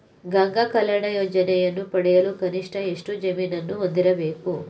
ಗಂಗಾ ಕಲ್ಯಾಣ ಯೋಜನೆಯನ್ನು ಪಡೆಯಲು ಕನಿಷ್ಠ ಎಷ್ಟು ಜಮೀನನ್ನು ಹೊಂದಿರಬೇಕು?